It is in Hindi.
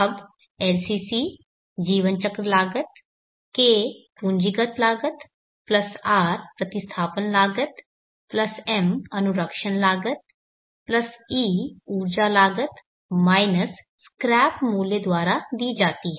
अब LCC जीवन चक्र लागत K पूंजीगत लागत प्लस R प्रतिस्थापन लागत प्लस M अनुरक्षण लागत प्लस E ऊर्जा लागत माइनस स्क्रैप मूल्य द्वारा दी जाती है